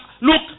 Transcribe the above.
look